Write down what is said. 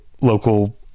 local